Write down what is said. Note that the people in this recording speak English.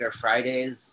Fridays